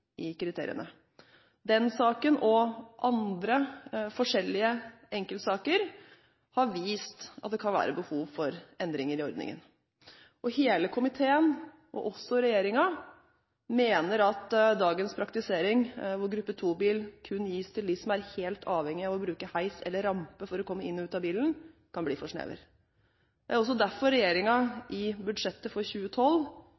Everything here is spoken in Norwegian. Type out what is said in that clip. i kriteriene. Den saken og andre, forskjellige enkeltsaker har vist at det kan være behov for endringer i ordningen, og hele komiteen, og også regjeringen, mener at dagens praktisering, hvor gruppe 2-bil kun gis til dem som er helt avhengige av å bruke heis eller rampe for å komme inn og ut av bilen, kan bli for snever. Det er også derfor